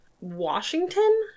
Washington